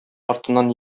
артыннан